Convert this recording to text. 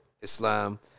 islam